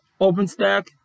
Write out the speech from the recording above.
OpenStack